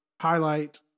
highlight